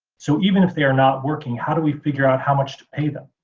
so even if they are not working, how do we figure out how much to pay them?